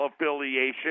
affiliation